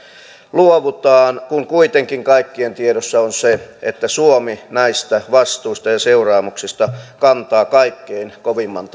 luovutaan kun kuitenkin kaikkien tiedossa on se että suomi näistä vastuista ja seuraamuksista kantaa kaikkein kovimman